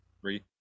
three